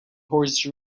horse